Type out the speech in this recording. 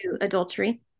adultery